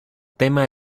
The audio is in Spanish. tema